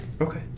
Okay